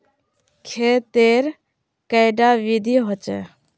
खेत तेर कैडा विधि होचे?